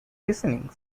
listing